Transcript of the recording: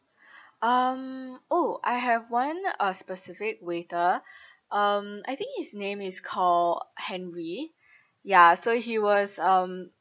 um oh I have one uh specific waiter um I think his name is called henry ya so he was um